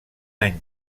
any